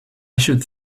should